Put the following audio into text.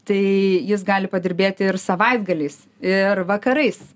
tai jis gali padirbėti ir savaitgaliais ir vakarais